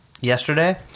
yesterday